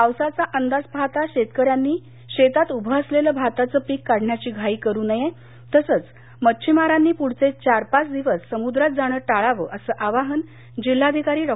पावसाचा अंदाज पाहता शेतकऱ्यांनी शेतात उभं असलेलं भाताचं पीक काढण्याची घाई करू नये तसच मच्छीमारांनी पुढील चार पाच दिवस समुद्रात जाणं टाळावं असं आवाहन जिल्हाधिकारी डॉ